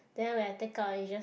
then when I take out it just